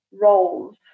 roles